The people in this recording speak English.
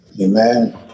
Amen